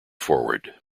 forward